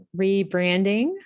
rebranding